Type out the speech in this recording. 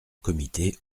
comité